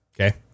Okay